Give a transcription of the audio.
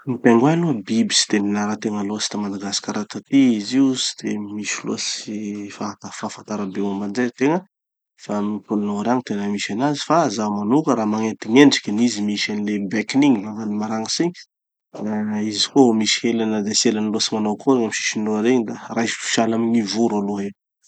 Gny pingouins aloha biby tsy de nianarategna loatsy ta madagasikara taty izy io. Tsy de misy loatsy fahata- fahafatara be momba anizay tegna. Fa amy gny pôle nord agny tena misy anazy fa zaho manoka raha magnenty gn'endrikiny, izy misy any le bec-ny igny, vavany maragnitsy igny. Ah izy koa misy elany, tsy elany loatsy manao akory amy sisiny roa reny da raisiko sahala amy gny voro aloha izy.